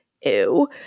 Ew